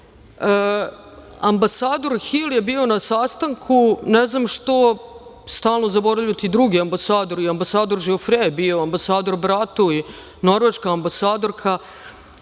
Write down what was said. ambasador Hil je bio na sastanku, ne znam što stalno zaboravljate i druge ambasadore i ambasador Žofre je bio, bio je i ambasador Bratuj, norveška ambasadorka,